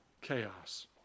chaos